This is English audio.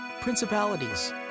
principalities